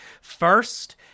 First